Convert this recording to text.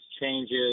changes